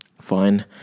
fine